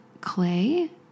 clay